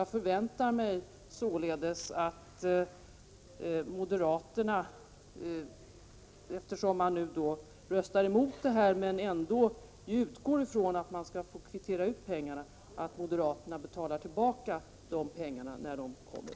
Jag förväntar mig således att moderaterna, eftersom de röstar emot denna uppjustering men ändå utgår ifrån att de skall få kvittera ut pengarna, betalar tillbaka dessa pengar när de kommer.